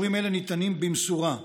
אישורים אלה ניתנים במשורה,